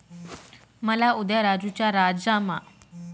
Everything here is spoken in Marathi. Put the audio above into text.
मला उद्या राजू च्या राजमा च्या शेतीवर फॉस्फरसचा शिडकाव करायचा आहे